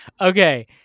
Okay